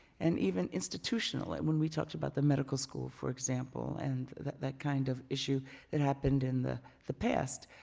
and even institutionally, when we talked about the medical school, for example, and that that kind of issue that happened in the the past,